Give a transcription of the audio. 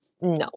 No